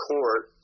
Court